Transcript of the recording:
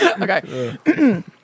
Okay